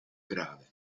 grave